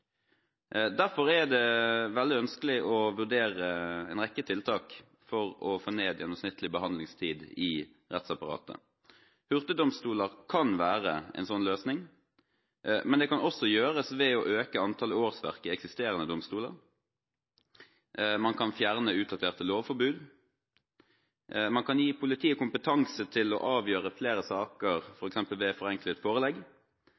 Derfor er det veldig ønskelig å vurdere en rekke tiltak for å få ned gjennomsnittlig behandlingstid i rettsapparatet. Hurtigdomstoler kan være en slik løsning, men det kan også gjøres ved å øke antallet årsverk i eksisterende domstoler. Man kan fjerne utdaterte lovforbud, man kan gi politiet kompetanse til å avgjøre flere saker, f.eks. med forenklet forelegg,